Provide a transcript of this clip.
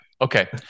Okay